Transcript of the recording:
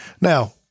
now